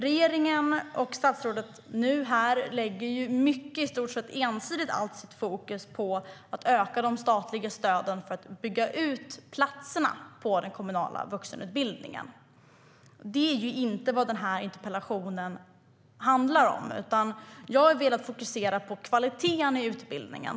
Regeringen och statsrådet lägger mycket, i stort sett ensidigt, fokus på att öka de statliga stöden till att bygga ut platserna inom den kommunala vuxenutbildningen. Det är inte vad den här interpellationen handlar om. Jag har velat fokusera på kvaliteten i utbildningen.